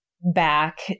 back